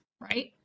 right